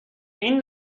این